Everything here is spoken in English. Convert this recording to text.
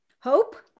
Hope